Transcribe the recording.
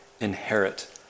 inherit